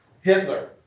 Hitler